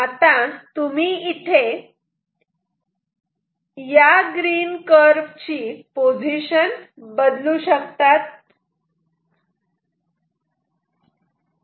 आता तुम्ही इथे या ग्रीन कर्व ची पोझिशन बदलू शकतात